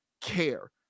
care